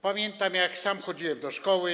Pamiętam, jak sam chodziłem do szkoły.